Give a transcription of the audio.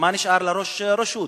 מה נשאר לראש רשות?